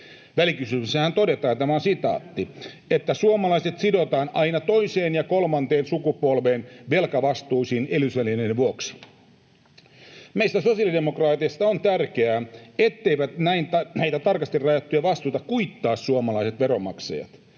Välikysymyksessähän todetaan, että — tämä on sitaatti — ”suomalaiset sidotaan aina toiseen ja kolmanteen sukupolveen velkavastuisiin elvytysvälineen vuoksi”. Meistä sosiaalidemokraateista on tärkeää, etteivät näitä tarkasti rajattuja vastuita kuittaa suomalaiset veronmaksajat.